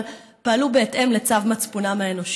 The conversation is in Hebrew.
אבל פעלו בהתאם לצו מצפונם האנושי.